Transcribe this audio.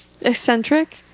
Eccentric